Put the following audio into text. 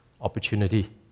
opportunity